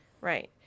right